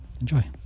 Enjoy